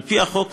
על-פי החוק,